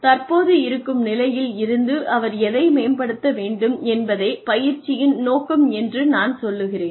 தற்போது இருக்கும் நிலையில் இருந்து அவர் எதை மேம்படுத்த வேண்டும் என்பதே பயிற்சியின் நோக்கம் என்று நான் சொல்கிறேன்